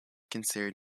considered